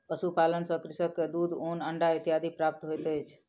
पशुपालन सॅ कृषक के दूध, ऊन, अंडा इत्यादि प्राप्त होइत अछि